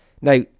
Now